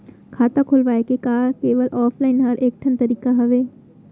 खाता खोलवाय के का केवल ऑफलाइन हर ऐकेठन तरीका हवय?